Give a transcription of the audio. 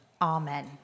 amen